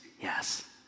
yes